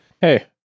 hey